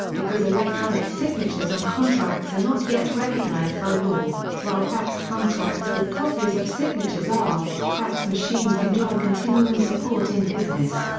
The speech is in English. because electronic signatures signatures on contracts are not yet recognized by law, while faxed contracts with copies of signatures are, fax machines enjoy continuing support in business.